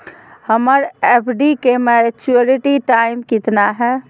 हमर एफ.डी के maturity time कितना है?